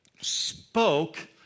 spoke